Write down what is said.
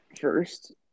First